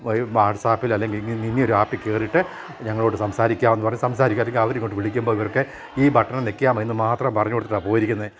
വാട്സാപ്പിൽ അല്ലെങ്കിൽ ഇങ്ങനെയൊരു ആപ്പിൽ കേറിയിട്ട് ഞങ്ങളോട് സംസാരിക്കാം എന്നു പറഞ്ഞു സംസാരിക്കാൻ അല്ലെങ്കിൽ അവർ ഇങ്ങോട്ട് വിളിക്കുമ്പോഴൊക്കെ ഈ ബട്ടൺ ഞെക്കിയാൽ മതി എന്ന് മാത്രം പറഞ്ഞു കൊടുത്തിട്ടാണ് പോയിരിക്കുന്നത്